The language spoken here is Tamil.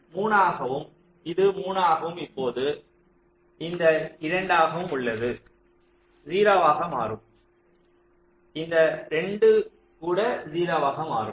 இது 3 ஆகவும் இது 3 ஆகவும் இப்போது இந்த 2 ஆக உள்ளது 0 ஆக மாறும் இந்த 2 கூட 0 ஆக மாறும்